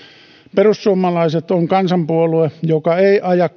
perussuomalaiset on kansanpuolue joka ei aja